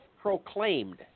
proclaimed